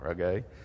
okay